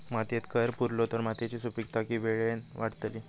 मातयेत कैर पुरलो तर मातयेची सुपीकता की वेळेन वाडतली?